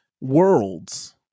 worlds